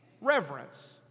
Reverence